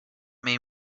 made